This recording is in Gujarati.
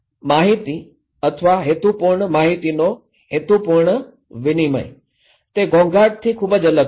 હવે માહિતી અથવા હેતુપૂર્ણ માહિતીનો હેતુપૂર્ણ વિનિમય તે ઘોંઘાટથી ખૂબ જ અલગ છે